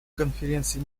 конференции